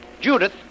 Judith